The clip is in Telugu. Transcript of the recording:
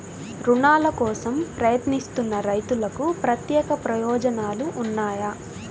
రుణాల కోసం ప్రయత్నిస్తున్న రైతులకు ప్రత్యేక ప్రయోజనాలు ఉన్నాయా?